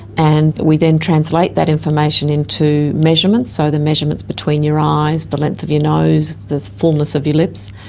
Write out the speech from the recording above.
and we then translate that information into measurements, so the measurements between your eyes, the length of your nose, the fullness of your lips.